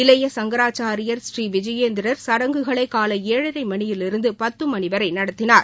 இளைய சுங்கராச்சாரியார் ப்ரீ விஜயேந்திரர் சுடங்குகளை காலை ஏழரை மணியிலிருந்து பத்து மணி வரை நடத்தினார்